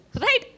Right